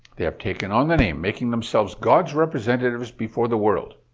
they have taken on the name, making themselves god's representatives before the world.